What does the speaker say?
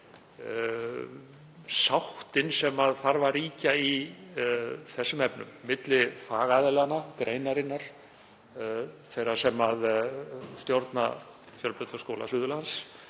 sáttin sem þarf að ríkja í þessum efnum, milli fagaðilanna, greinarinnar, þeirra sem stjórna Fjölbrautaskóla Suðurlands,